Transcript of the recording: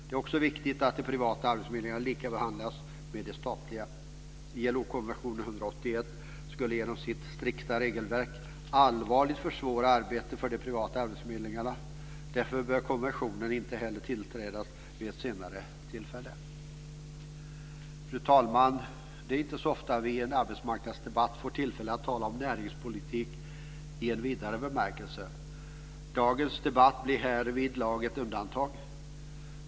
Det är också viktigt att de privata arbetsförmedlingarna behandlas som de statliga. ILO-konvention 181 skulle genom sitt strikta regelverk allvarligt försvåra arbetet för de privata arbetsförmedlingarna. Därför bör konventionen inte heller tillträdas vid ett senare tillfälle. Fru talman! Det är inte så ofta som vi i en arbetsmarknadspolitisk debatt får tillfälle att tala om näringspolitik i vidare bemärkelse. Dagens debatt blir härvidlag ett undantag.